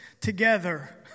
together